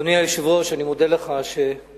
אדוני היושב-ראש, אני מודה לך שאפשרת.